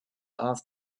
off